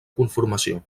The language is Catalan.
conformació